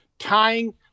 tying